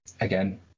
Again